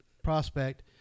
prospect